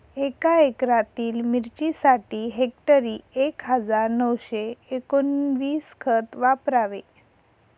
एका एकरातील मिरचीसाठी हेक्टरी एक हजार नऊशे एकोणवीस खत वापरावे